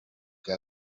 gaga